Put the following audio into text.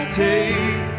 take